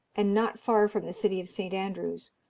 and not far from the city of st. andrews,